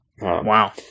Wow